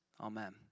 Amen